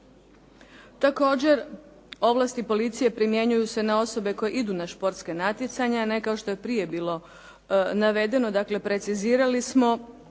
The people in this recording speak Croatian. Također, ovlasti policije primjenjuju se na osobe koje idu na športska natjecanja, a ne kao što je prije bilo navedeno. Dakle, precizirali smo